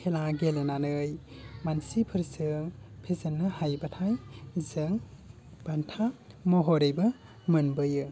खेला गेलेनानै मानसिफोरजों फेजेननो हायोबाथाय जों बान्था महरैबो मोनबोयो